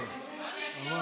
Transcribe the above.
התשפ"ב